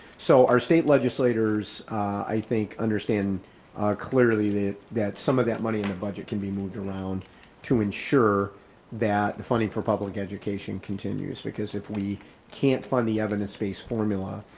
so our state legislators i think understand clearly that some of that money in the budget can be moved around to ensure that the funding for public education continues. because if we can't find the evidence-based formula,